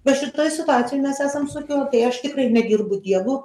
va šitoj situacijoj mes esam sakiau tai aš tikrai nedirbu dievu